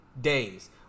days